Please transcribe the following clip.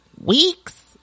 week's